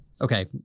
Okay